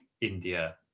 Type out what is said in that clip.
India